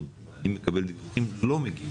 אני מקבל דיווחים על כך שרבים לא מגיעים